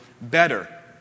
better